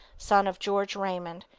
son of george raymond,